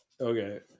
Okay